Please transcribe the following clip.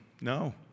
No